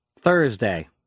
Thursday